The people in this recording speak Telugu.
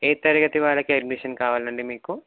ఏ తరగతి వరకు అడ్మిషన్ కావాలండి మీకు